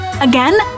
Again